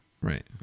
right